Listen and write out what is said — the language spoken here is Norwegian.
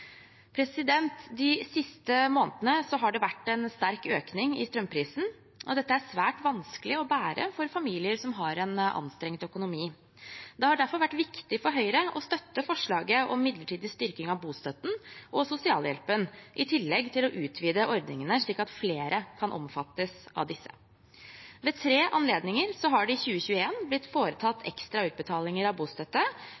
De siste månedene har det vært en sterk økning i strømprisen, og dette er svært vanskelig å bære for familier som har en anstrengt økonomi. Det har derfor vært viktig for Høyre å støtte forslaget om midlertidig styrking av bostøtten og sosialhjelpen, i tillegg til å utvide ordningene slik at flere kan omfattes av disse. Ved tre anledninger har det i 2021 blitt